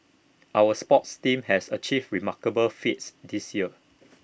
our sports teams has achieved remarkable feats this year